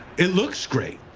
it looks great.